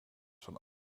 van